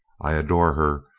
i adore her,